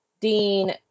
Dean